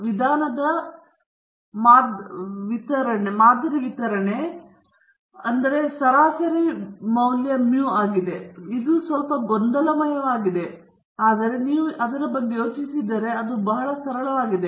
ವಿಧಾನದ ಮಾದರಿ ವಿತರಣೆ ಆದ್ದರಿಂದ ವಿಧಾನದ ಸರಾಸರಿ ಮೌ ಆಗಿದೆ ಸ್ವಲ್ಪ ಗೊಂದಲಮಯವಾಗಿದೆ ಆದರೆ ನೀವು ಅದರ ಬಗ್ಗೆ ಯೋಚಿಸಿದರೆ ಅದು ಬಹಳ ಸರಳವಾಗಿದೆ